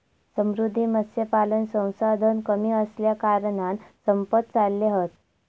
समुद्री मत्स्यपालन संसाधन कमी असल्याकारणान संपत चालले हत